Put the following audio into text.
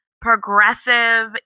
progressive